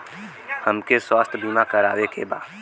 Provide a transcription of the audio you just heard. हमके स्वास्थ्य बीमा करावे के बा?